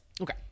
okay